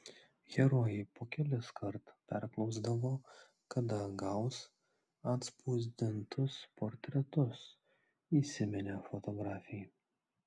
herojai po keliskart perklausdavo kada gaus atspausdintus portretus įsiminė fotografei